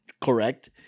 correct